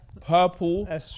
purple